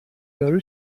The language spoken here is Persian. یارو